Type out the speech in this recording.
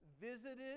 visited